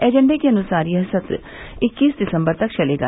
एजेंडे के अनुसार यह सत्र इक्कीस दिसम्बर तक चलेगा